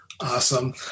Awesome